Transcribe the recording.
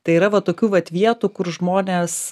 tai yra va tokių vat vietų kur žmonės